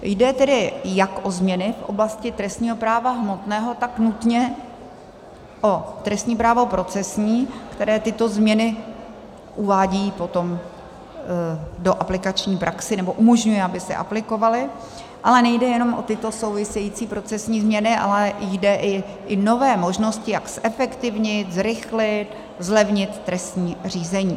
Jde tedy jak o změny v oblasti trestního práva hmotného, tak nutně o trestní právo procesní, které tyto změny uvádí potom do aplikační praxe nebo umožňuje, aby se aplikovaly, ale nejde jenom o tyto související procesní změny, ale jde i o nové možnosti, jak zefektivnit, zrychlit, zlevnit trestní řízení.